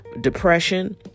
depression